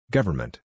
Government